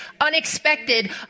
Unexpected